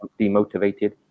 demotivated